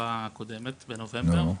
בישיבה הקודמת, בנובמבר,